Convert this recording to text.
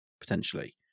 potentially